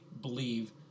believe